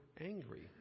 angry